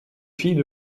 filles